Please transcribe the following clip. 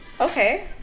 Okay